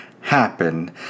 happen